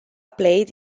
played